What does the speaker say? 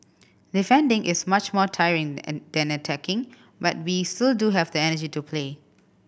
defending is much more tiring and than attacking but we still do have the energy to play